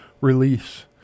release